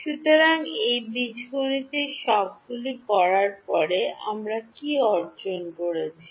সুতরাং এই বীজগণিতের সবগুলি করার পরে আমরা কী অর্জন করেছি